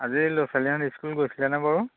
আজি ল'ৰা ছোৱালীহাল স্কুললৈ গৈছিলেনে বাৰু